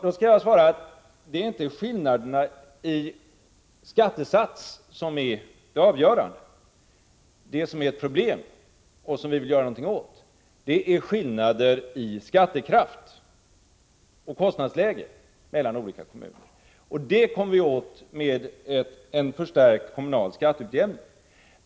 Jag skall svara att det inte är skillnaderna i skattesats som är det avgörande. Det som är ett problem och som vi vill göra någonting åt är skillnader i skattekraft och kostnadsläge mellan olika kommuner, och det kommer vi åt med en förstärkt kommunal skatteutjämning.